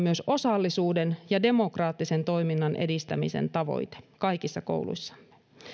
myös osallisuuden ja demokraattisen toiminnan edistämisen tavoite kaikissa kouluissamme